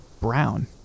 brown